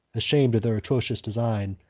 ashamed of their atrocious design,